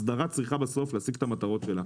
הסדרה צריכה בסוף להשיג את המטרות שלה,